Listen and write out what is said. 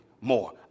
more